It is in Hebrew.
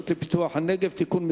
הצעת חוק הרשות לפיתוח הנגב (תיקון,